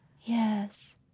yes